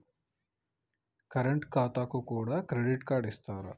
Current ఖాతాకు కూడా credit card ఇత్తరా?